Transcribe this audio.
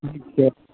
ठीक छै